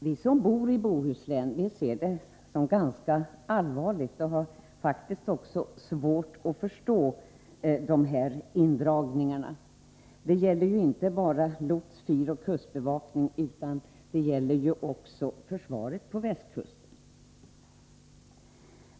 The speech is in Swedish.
Vi som bor i Bohuslän ser allvarligt på detta och har svårt att förstå varför man skall göra dessa indragningar. Det gäller ju inte bara lots-, fyroch kustbevakningen utan också försvaret på västkusten.